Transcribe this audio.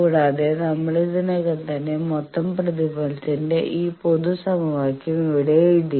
കൂടാതെ നമ്മൾ ഇതിനകം തന്നെ മൊത്തം പ്രതിഫലനത്തിന്റെ ഈ പൊതു സമവാക്യം ഇവിടെ എഴുതി